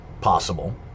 possible